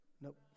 Nope